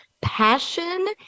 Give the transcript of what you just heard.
passion